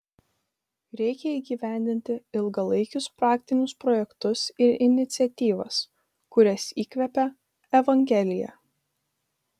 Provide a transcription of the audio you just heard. reikia įgyvendinti ilgalaikius praktinius projektus ir iniciatyvas kurias įkvepia evangelija